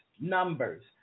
numbers